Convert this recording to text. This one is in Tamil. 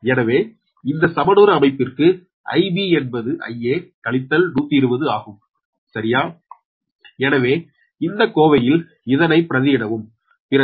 எனவே இந்த சமணுறு அமைப்பிறகு Ib என்பது Ia கழித்தல் 120 ஆகும் சரியா எனவே இந்த கோவையில் இதனை பிரதியிடவும் பிறகு λ12 0